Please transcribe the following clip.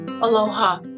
Aloha